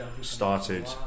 started